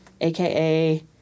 aka